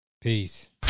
Peace